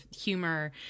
humor